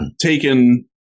taken